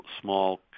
small